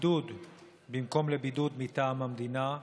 בידוד במקום לבידוד מטעם המדינה,